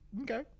Okay